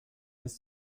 bis